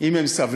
אם הם סבלו?